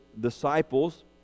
disciples